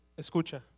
escucha